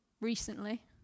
recently